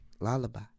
lullaby